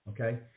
Okay